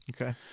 okay